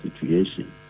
situation